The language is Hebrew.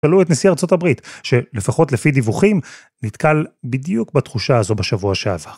תלו את נשיא ארה״ב, שלפחות לפי דיווחים נתקל בדיוק בתחושה הזו בשבוע שעבר.